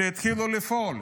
שיתחילו לפעול.